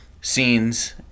scenes